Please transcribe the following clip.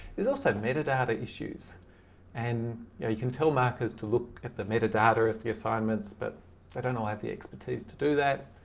there's also metadata issues and you know, you can tell markers to look at the metadata of the assignments but they don't all have the expertise to do that.